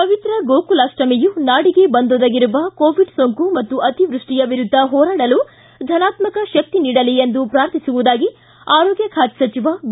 ಪವಿತ್ರ ಗೋಕುಲಾಪ್ಟಮಿಯು ನಾಡಿಗೆ ಬಂದೊದಗಿರುವ ಕೋವಿಡ್ ಸೋಂಕು ಮತ್ತು ಅತಿವ್ಯಸ್ಸಿಯ ವಿರುದ್ದ ಹೋರಾಡಲು ಧನಾತ್ಮಕ ಶಕ್ತಿ ನೀಡಲಿ ಎಂದು ಪೂರ್ಥಿಸುವುದಾಗಿ ಆರೋಗ್ಯ ಖಾತೆ ಸಚಿವ ಬಿ